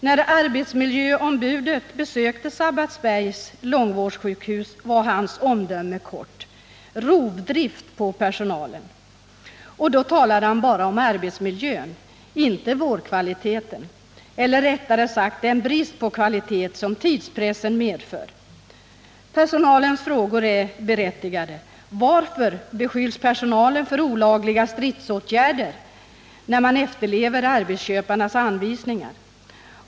När arbetsmiljöombudet besökte Sabbatsbergs långvårdssjukhus var hans omdöme kort: Rovdrift på personalen! Och då talade han bara om arbetsmiljön, inte om vårdkvaliteten eller, rättare sagt, den brist på kvalitet som tidspressen medför. Personalens frågor är berättigade. Varför beskylls man för ”olagliga stridsåtgärder” när man efterlever arbetsköparnas anvisningar?